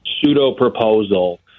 pseudo-proposal